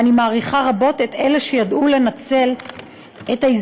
ואני מעריכה רבות את אלה שידעו לנצל הזדמנות